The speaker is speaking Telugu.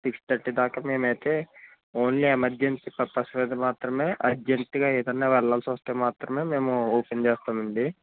సిక్స్ థర్టీ దాకా మేమైతే ఓన్లీ ఎమర్జెన్సీ పర్పస్ మీద మాత్రమే అర్జెంట్గా ఏదైన్నా వెళ్ళాల్సి వస్తే మాత్రమే మేము ఓపెన్ చేస్తామండి